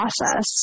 process